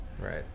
Right